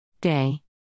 day